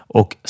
och